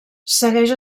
segueix